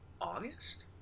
August